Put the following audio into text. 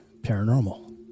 paranormal